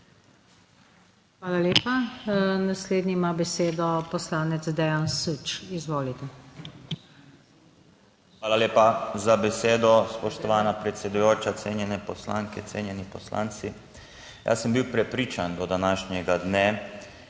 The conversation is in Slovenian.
Hvala lepa. Naslednji ima besedo poslanec Dejan Süč, izvolite. **DEJAN SÜČ (PS Svoboda):** Hvala lepa za besedo, spoštovana predsedujoča. Cenjene poslanke, cenjeni poslanci! Jaz sem bil prepričan do današnjega dne,